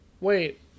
Wait